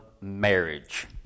marriage